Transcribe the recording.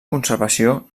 conservació